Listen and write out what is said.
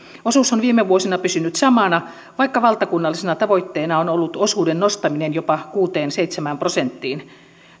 osuus on viime vuosina pysynyt samana vaikka valtakunnallisena tavoitteena on ollut osuuden nostaminen jopa kuuteen viiva seitsemään prosenttiin